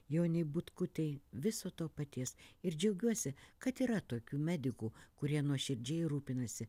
jonei butkutei viso to paties ir džiaugiuosi kad yra tokių medikų kurie nuoširdžiai rūpinasi